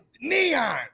Neon